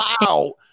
Wow